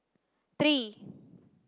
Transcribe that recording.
three